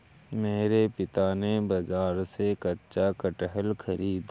मेरे पिता ने बाजार से कच्चा कटहल खरीदा